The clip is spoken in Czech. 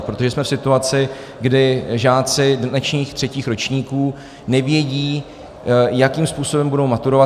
Protože jsme v situaci, kdy žáci dnešních třetích ročníků nevědí, jakým způsobem budou maturovat.